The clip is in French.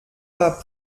pas